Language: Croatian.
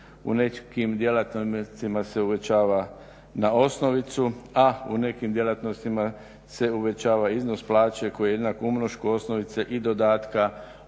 U nekim djelatnostima se uvećava na osnovicu, a u nekim djelatnostima se uvećava iznos plaće koji je jednak umnošku osnovice i dodatka od